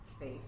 faith